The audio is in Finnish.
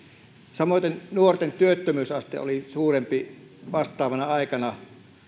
samoiten nuorten työttömyysaste oli suurempi kuin vastaavana aikana